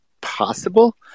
possible